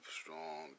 strong